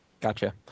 Gotcha